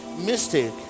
mistake